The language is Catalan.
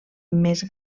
més